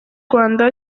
rwanda